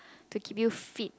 to keep you fit